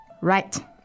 Right